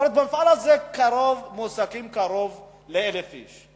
במפעל הזה מועסקים קרוב ל-1,000 איש.